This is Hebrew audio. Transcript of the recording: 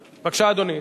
בבקשה, אדוני.